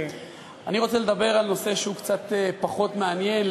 אני רוצה לדבר על נושא שהוא קצת פחות מעניין,